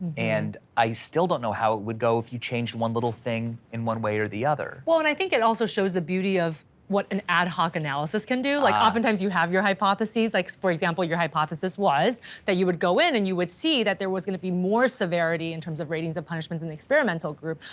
and i still don't know how it would go if you change one little thing in one way or the other. well, and i think it also shows the beauty of what an ad hoc analysis can do. like oftentimes you have your hypotheses, like, for example, your hypothesis was that you would go in and you would see that there was gonna be more severity in terms of ratings of punishment in the experimental group.